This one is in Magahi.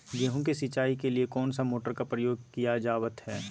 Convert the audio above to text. गेहूं के सिंचाई के लिए कौन सा मोटर का प्रयोग किया जावत है?